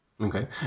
Okay